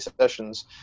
sessions